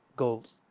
goals